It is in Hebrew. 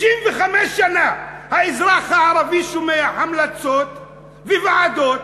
65 שנה האזרח הערבי שומע המלצות וועדות.